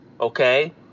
Okay